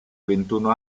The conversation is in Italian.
ventuno